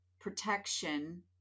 protection